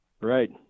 Right